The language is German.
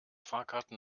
fahrkarten